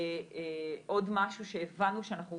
עוד משהו שהבנו שאנחנו